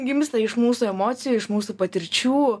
gimsta iš mūsų emocijų iš mūsų patirčių